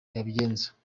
yabigenza